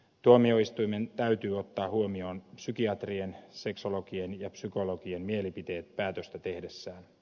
tuomioistuimen täytyy ottaa huomioon psykiatrien seksologien ja psykologien mielipiteet päätöstä tehdessään